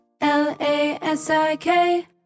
L-A-S-I-K